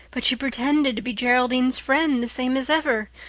but she pretended to be geraldine's friend the same as ever.